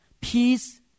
peace